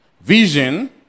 Vision